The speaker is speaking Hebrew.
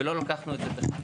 ולא לקחנו את זה בחשבון.